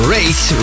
Race